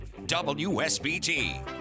WSBT